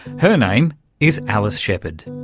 her name is alice sheppard.